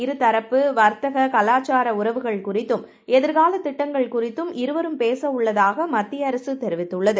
இருதரப்புவர்த்தக கலாச்சாரஉறவுகள்குறித்தும் எதிர்காலதிட்டங்கள்குறித்தும்இருவரும்பேசவுள்ளதாகம த்தியஅரசுதெரிவித்துள்ளது